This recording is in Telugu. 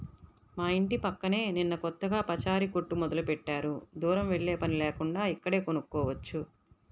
మా యింటి పక్కనే నిన్న కొత్తగా పచారీ కొట్టు మొదలుబెట్టారు, దూరం వెల్లేపని లేకుండా ఇక్కడే కొనుక్కోవచ్చు